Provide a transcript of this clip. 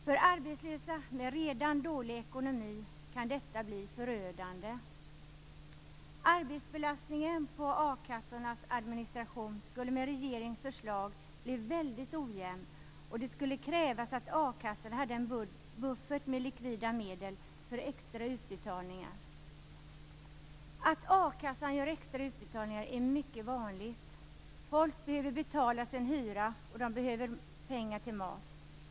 För arbetslösa med redan dålig ekonomi kan detta bli förödande. Arbetsbelastningen på a-kassornas administration skulle med regeringens förslag bli väldigt ojämn, och det skulle krävas att a-kassorna hade en buffert med likvida medel för extra utbetalningar. Att a-kassan gör extra utbetalningar är mycket vanligt. Folk behöver betala sin hyra och de behöver pengar till mat.